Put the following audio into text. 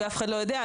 ואף אחד לא יודע,